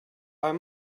are